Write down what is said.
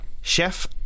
Chef